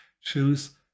choose